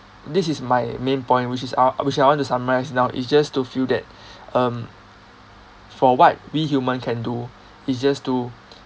this is my main point which is are which I want to summarise now is just to feel that um for what we human can do is just to